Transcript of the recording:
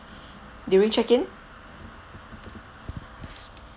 during check-in